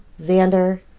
Xander